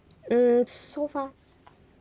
mm so far